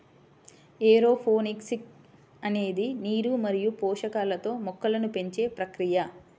aeroponics అనేది నీరు మరియు పోషకాలతో మొక్కలను పెంచే ప్రక్రియ